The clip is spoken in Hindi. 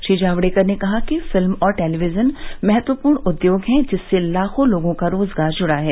श्री जावड़ेकर ने कहा कि फिल्म और टेलीविजन महत्वपूर्ण उद्योग है जिससे लाखों लोगों का रोजगार जुड़ा है